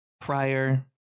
prior